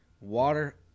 Water